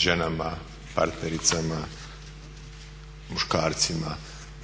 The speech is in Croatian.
ženama, partnericama, muškarcima